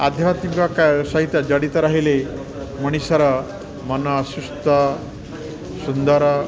ଆଧ୍ୟାତ୍ମିକ କା ସହିତ ଜଡ଼ିତ ରହିଲେ ମଣିଷର ମନ ଅସୁସ୍ଥ ସୁନ୍ଦର